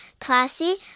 classy